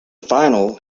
final